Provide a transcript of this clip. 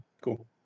Cool